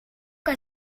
que